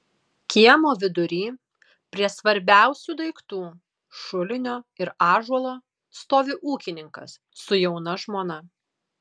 kiemo vidury prie svarbiausių daiktų šulinio ir ąžuolo stovi ūkininkas su jauna žmona